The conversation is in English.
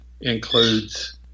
includes